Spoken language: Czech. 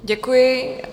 Děkuji.